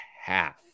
half